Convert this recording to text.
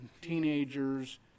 teenagers